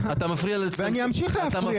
ואני אמשיך להפריע, ואני אמשיך להפריע.